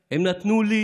הם נתנו לי